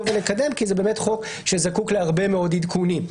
ולקדם כי זה באמת חוק שזקוק להרבה מאוד עדכונים.